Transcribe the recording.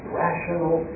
rational